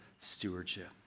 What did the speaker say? stewardship